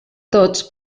tots